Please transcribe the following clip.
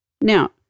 Now